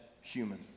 human